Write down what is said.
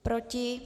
Proti?